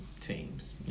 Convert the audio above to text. teams